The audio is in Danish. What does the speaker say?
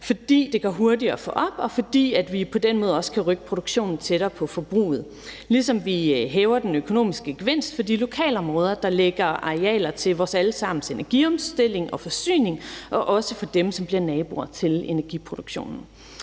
fordi det går hurtigt at få det op, og fordi vi på den måde også kan rykke produktionen tættere på forbruget, ligesom vi hæver den økonomiske gevinst for de lokalområder, der lægger arealer til vores alle sammens energiomstilling og -forsyning og også for dem, som bliver naboer til energiproduktionen.